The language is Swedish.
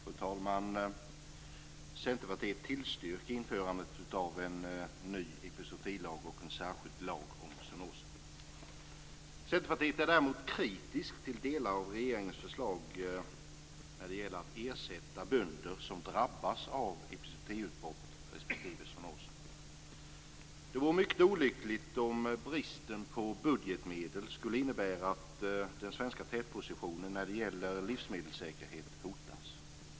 Fru talman! Centerpartiet tillstyrker införandet av en ny epizootilag och en särskild lag om zoonoser. Centerpartiet är däremot kritiskt till delar av regeringens förslag när det gäller att ersätta bönder som drabbas av epizootiutbrott respektive zoonoser. Det vore olyckligt om bristen på budgetmedel skulle innebära att den svenska tätpositionen när det gäller livsmedelssäkerhet hotas.